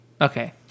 Okay